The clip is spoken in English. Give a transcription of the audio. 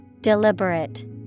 Deliberate